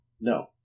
No